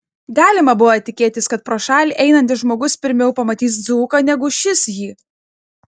galima buvo tikėtis kad pro šalį einantis žmogus pirmiau pamatys dzūką negu šis jį